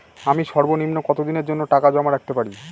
আমি সর্বনিম্ন কতদিনের জন্য টাকা জমা রাখতে পারি?